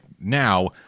now